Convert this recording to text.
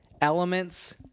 elements